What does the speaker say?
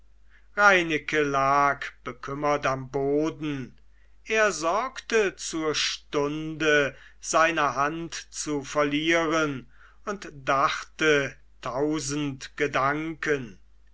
reineke lag bekümmert am boden er sorgte zur stunde seine hand zu verlieren und dachte tausend gedanken